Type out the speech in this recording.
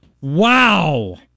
Wow